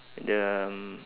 the